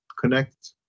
connect